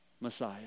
Messiah